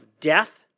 death